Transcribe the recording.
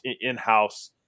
in-house